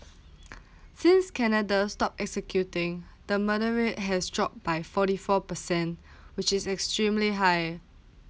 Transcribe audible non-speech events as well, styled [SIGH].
[NOISE] since canada stopped executing the murder rate has dropped by forty four percent [BREATH] which is extremely high